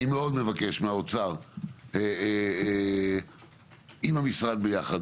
אני מאוד מבקש מהאוצר עם המשרד ביחד.